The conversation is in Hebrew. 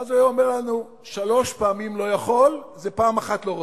ואז הוא היה אומר לנו: שלוש פעמים לא יכול זה פעם אחת לא רוצה.